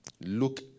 Look